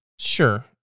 sure